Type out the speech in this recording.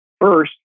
First